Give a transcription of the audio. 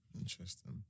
Interesting